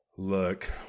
Look